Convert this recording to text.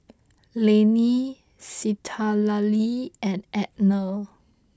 Lainey Citlalli and Ednah